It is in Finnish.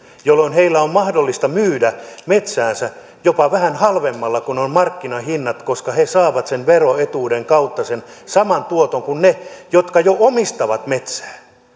jolloin heille on mahdollista myydä metsäänsä jopa vähän halvemmalla kuin on markkinahinnat koska he saavat sen veroetuuden kautta sen saman tuoton kuin ne jotka jo omistavat metsää